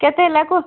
କେତେ ହେଲା କୁହ